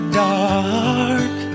dark